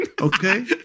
okay